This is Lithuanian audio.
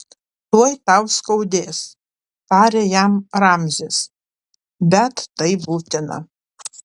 tuoj tau skaudės tarė jam ramzis bet tai būtina